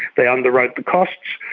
they underwrote the costs,